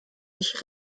ich